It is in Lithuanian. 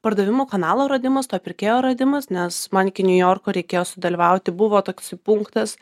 pardavimų kanalo radimas to pirkėjo radimas nes man iki niujorko reikėjo sudalyvauti buvo toksai punktas